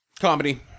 Comedy